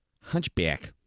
Hunchback